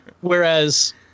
whereas